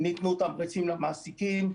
ניתנו תמריצים למעסיקים.